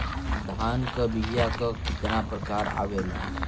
धान क बीया क कितना प्रकार आवेला?